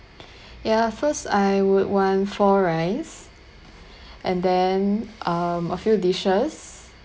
ya first I would want four rice and then um a few dishes